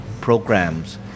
programs